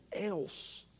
else